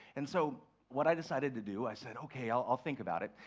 and so what i decided to do. i said, okay, i'll think about it.